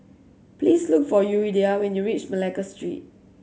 please look for Yuridia when you reach Malacca Street